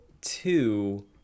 two